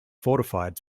fortified